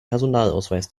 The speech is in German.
personalausweis